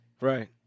Right